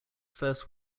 first